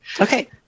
Okay